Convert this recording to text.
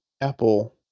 Apple